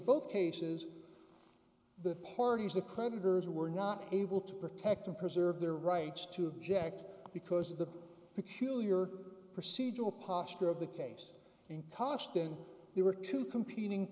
both cases the parties the creditors were not able to protect and preserve their rights to object because of the peculiar procedural posture of the case in costin there were two competing